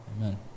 amen